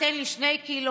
תביא שני קילו.